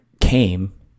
came